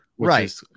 Right